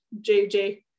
jj